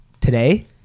Today